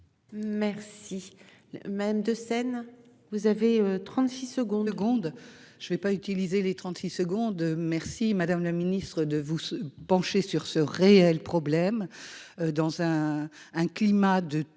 Merci. Même de scène. Vous avez 36 secondes.